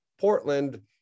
Portland